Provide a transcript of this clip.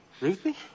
Ruthie